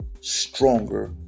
stronger